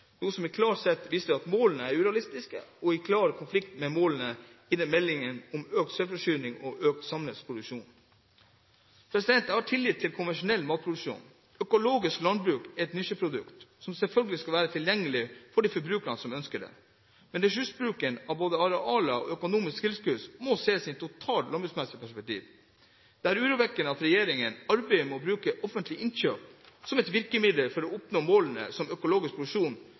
noe som klart viser at målene er urealistiske og i klar konflikt med målene i denne meldingen om økt selvforsyning og økt samlet produksjon. Jeg har tillit til konvensjonell matproduksjon. Økologisk landbruk er et nisjeprodukt som selvfølgelig skal være tilgjengelig for de forbrukerne som ønsker det, men ressursbruken av både arealer og økonomiske tilskudd må ses i et totalt landbruksmessig perspektiv. Det er urovekkende at regjeringen arbeider med å bruke offentlige innkjøp som et virkemiddel for å oppnå målene om økologisk